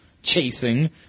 chasing